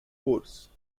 force